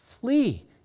Flee